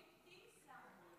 אבתיסאם.